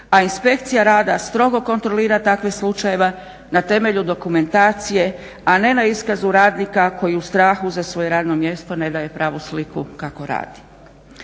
a Inspekcija rada strogo kontrolira takve slučajeve na temelju dokumentacije, a ne na iskazu radnika koji u strahu za svoje radno mjesto ne daje pravu sliku kako radi.